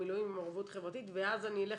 במילואים ובמעורבות חברתית ואז אני אלך